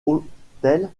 autel